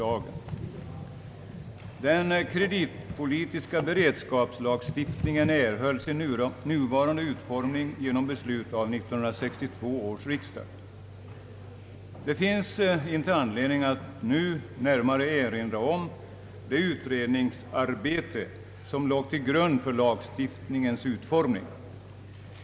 Den kreditpolitiska beredskapslagstiftningen erhöll sin nuvarande utformning genom beslut av 1962 års riksdag. Det finns inte anledning att nu närmare erinra om det utredningsarbete som låg till grund för lagstiftningens utformning.